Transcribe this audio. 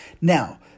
Now